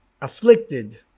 afflicted